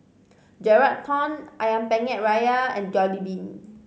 Geraldton Ayam Penyet Ria and Jollibean